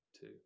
two